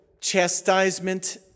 chastisement